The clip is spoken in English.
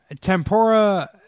tempura